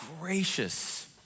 gracious